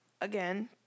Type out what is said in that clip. again